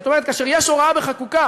זאת אומרת, כאשר יש הוראה בחקיקה